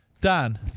Dan